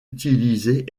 utilisée